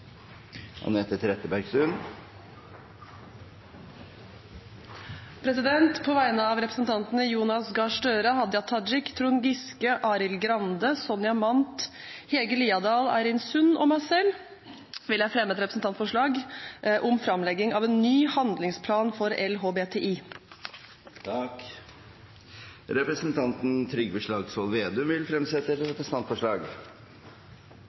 Anette Trettebergstuen vil fremsette et representantforslag. På vegne av representantene Jonas Gahr Støre, Hadia Tajik, Trond Giske, Arild Grande, Sonja Mandt, Hege Haukeland Liadal, Eirin Sund og meg selv vil jeg fremme et representantforslag om framlegging av ny handlingsplan for LHBTI. Representanten Trygve Slagsvold Vedum vil fremsette et